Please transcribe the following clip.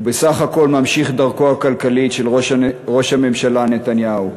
בסך הכול ממשיך דרכו הכלכלית של ראש הממשלה נתניהו,